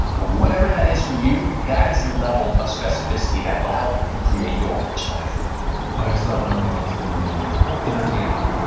but whatever that is for you, that is the level of specificity that will help you create your rich life i just thought of another thing i like to spend money on, entertaining.